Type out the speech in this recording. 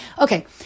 okay